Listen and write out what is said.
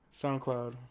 SoundCloud